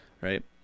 Right